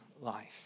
life